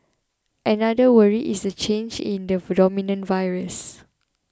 another worry is the change in the dominant virus